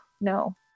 no